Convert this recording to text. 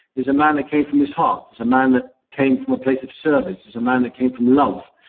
is a man that came from his heart, is a man that came from a place of service, is a man that came from love.